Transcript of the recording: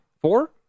Four